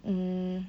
mm